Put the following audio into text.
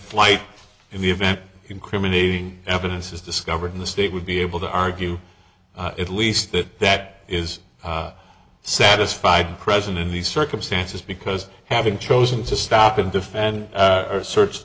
flight in the event incriminating evidence is discovered in the state would be able to argue at least that that is satisfied and present in these circumstances because having chosen to stop and defend or search